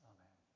Amen